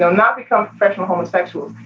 so not become professional homosexuals,